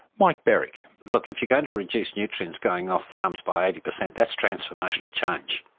mike berwick look, if you're going to reduce nutrients going off farms by eighty percent, that's transformational change,